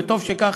וטוב שכך,